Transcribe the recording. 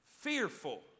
fearful